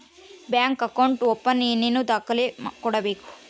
Bank account open ಏನೇನು ದಾಖಲೆ ಕೊಡಬೇಕು?